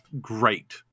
great